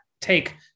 take